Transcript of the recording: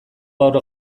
gaur